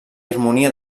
harmonia